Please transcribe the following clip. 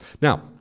Now